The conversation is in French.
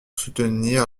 soutenir